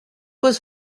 was